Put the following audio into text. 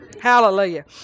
Hallelujah